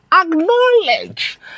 acknowledge